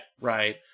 right